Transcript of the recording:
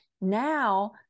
now